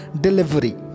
delivery